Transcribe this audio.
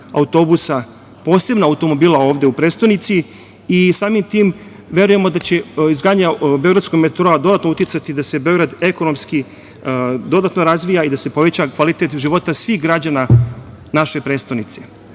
autobusa, posebno automobila ovde u prestonici i samim tim, verujemo da će izgradnja „Beogradskog metroa“ dodatno uticati da se Beograd ekonomski dodatno razvija i da se poveća kvalitet života svih građana naše prestonice. Ne